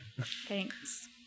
Thanks